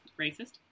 Racist